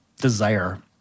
desire